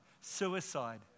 suicide